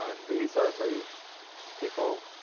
ah these are the people,